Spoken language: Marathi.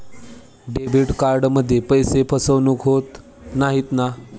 डेबिट कार्डमध्ये पैसे फसवणूक होत नाही ना?